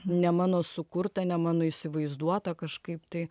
ne mano sukurta ne mano įsivaizduota kažkaip tai